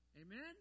Amen